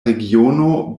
regiono